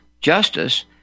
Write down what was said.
Justice